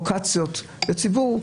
בפרובוקציות לציבור,